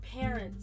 parents